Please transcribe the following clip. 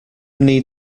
need